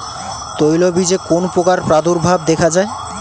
তৈলবীজে কোন পোকার প্রাদুর্ভাব দেখা যায়?